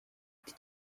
ati